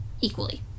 equally